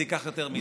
זה ייקח יותר מדקה.